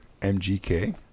MGK